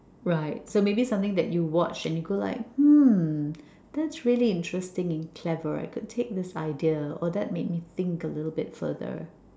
right so maybe something that you watched and you go like hmm that's really interesting and clever I could take this idea or that made me think a little bit further